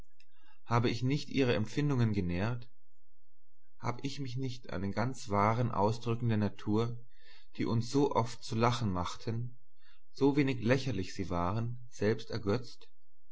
hab ich nicht ihre empfindungen genährt hab ich mich nicht an den ganz wahren ausdrücken der natur die uns so oft zu lachen machten so wenig lächerlich sie waren selbst